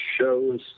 shows